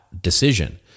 decision